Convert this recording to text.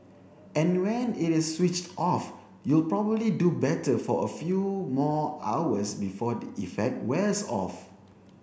and when it is switched off you'll probably do better for a few more hours before the effect wears off